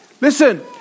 Listen